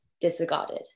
disregarded